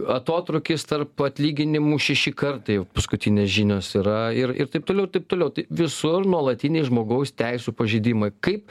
atotrūkis tarp atlyginimų šeši kartai paskutinės žinios yra ir ir taip toliau ir taip toliau tai visur nuolatiniai žmogaus teisių pažeidimai kaip